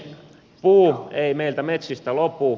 puu ei meiltä metsistä lopu